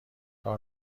راه